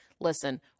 listen